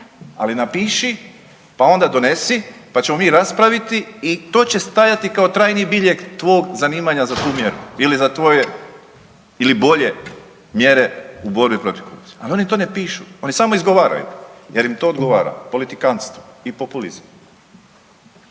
Ali napiši pa onda donesi pa ćemo mi raspraviti i to će stajati kao trajni biljeg tvog zanimanja za tu mjeru ili za tvoje ili bolje mjere u borbi protiv korupcije. Ali oni to ne pišu, oni samo izgovaraju jer im to odgovara, politikantstvo i populizam.